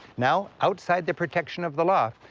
now outside the protection of the law,